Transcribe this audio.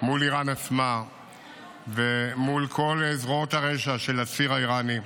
מול איראן עצמה ומול כל זרועות הרשע של הציר האיראני,